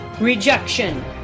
rejection